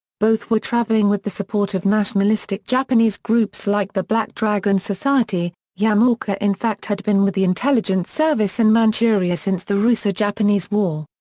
both were traveling with the support of nationalistic japanese groups like the black dragon society, yamaoka in fact had been with the intelligence service in manchuria since the russo-japanese war.